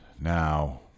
Now